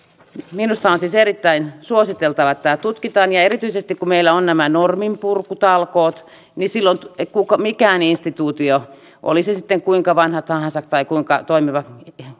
minusta on siis erittäin suositeltavaa että tämä tutkitaan ja erityisesti kun meillä on nämä norminpurkutalkoot silloin jokainen instituutio oli se sitten kuinka vanha tahansa tai kuinka toimiva